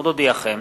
עוד אודיעכם,